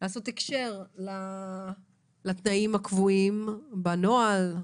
לעשות הקשר לתנאים הקבועים בנוהל?